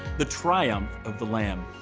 the triumph of the lamb.